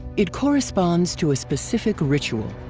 it corresponds to a specific ritual.